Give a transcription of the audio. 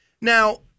Now